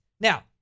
Now